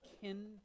kin